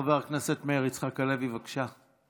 חבר הכנסת מאיר יצחק הלוי, בבקשה.